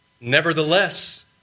Nevertheless